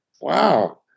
wow